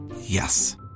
Yes